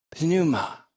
pneuma